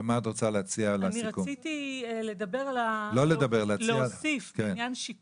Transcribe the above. אני רציתי להוסיף בעניין של שיקום: